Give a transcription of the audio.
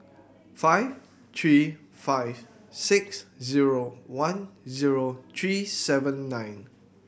five three five six zero one zero three seven nine